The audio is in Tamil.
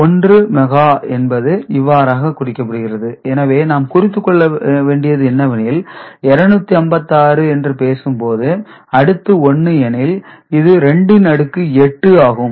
1 மெகா என்பது இவ்வாறாக குறிக்கப்படுகிறது எனவே நாம் குறித்துக் கொள்ள வேண்டியது என்னவெனில் 256 என்று பேசும்போது அடுத்து 1 எனில் இது 2 இன் அடுக்கு 8 ஆகும்